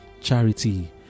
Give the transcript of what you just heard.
charity